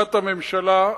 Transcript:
לבקשת הממשלה,